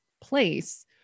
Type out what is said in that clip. place